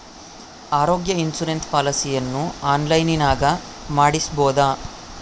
ಆರೋಗ್ಯ ಇನ್ಸುರೆನ್ಸ್ ಪಾಲಿಸಿಯನ್ನು ಆನ್ಲೈನಿನಾಗ ಮಾಡಿಸ್ಬೋದ?